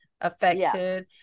affected